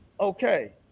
okay